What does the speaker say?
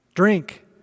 Drink